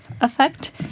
effect